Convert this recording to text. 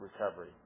recovery